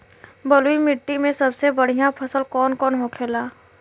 बलुई मिट्टी में सबसे बढ़ियां फसल कौन कौन होखेला?